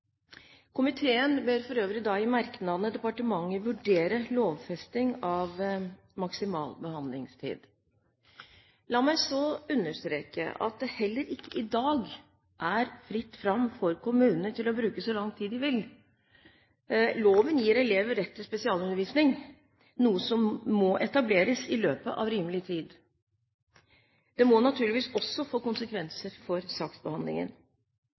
Komiteen ber for øvrig i merknadene departementet vurdere lovfesting av maksimal behandlingstid. La meg så understreke at det heller ikke i dag er fritt fram for kommunene til å bruke så lang tid de vil. Loven gir elever rett til spesialundervisning, noe som må etableres i løpet av rimelig tid. Det må naturligvis også få konsekvenser for saksbehandlingen.